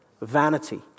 vanity